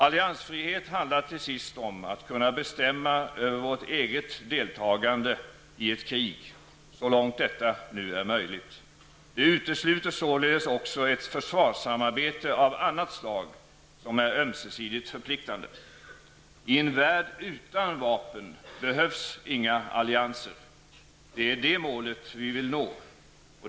Alliansfriheten handlar, till sist, om att vi kan bestämma över vårt eget deltagande i ett krig, så långt detta är möjligt. Det utesluter således också ett försvarssamarbete av annat slag som är ömsesidigt förpliktande. I en värld utan vapen behövs inga allianser. Det är det målet vi vill nå.